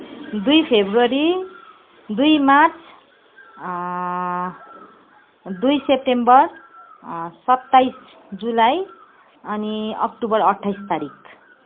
दई फब्रुअरी दुई मार्च दुई सेप्टेम्बर सत्ताइस जुलाई अनि अक्टोबर अट्ठाइस तारिख